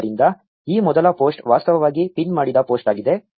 ಆದ್ದರಿಂದ ಈ ಮೊದಲ ಪೋಸ್ಟ್ ವಾಸ್ತವವಾಗಿ ಪಿನ್ ಮಾಡಿದ ಪೋಸ್ಟ್ ಆಗಿದೆ